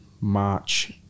March